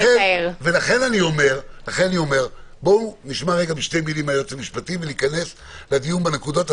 לכן בואו נשמע את היועץ המשפטי וניכנס לדיון בנקודות עצמן.